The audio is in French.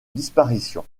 disparition